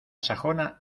sajona